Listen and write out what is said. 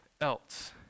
else